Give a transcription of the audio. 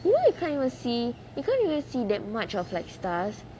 you know we can't even see you can't even see that much of like stars